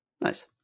Nice